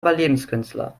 überlebenskünstler